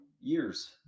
years